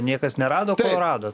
niekas nerado kol rado